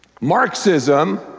Marxism